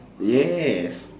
yes